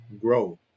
grow